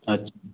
अच्छा